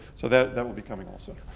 so that that will be coming also.